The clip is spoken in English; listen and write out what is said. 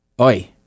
Oi